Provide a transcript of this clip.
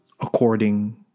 according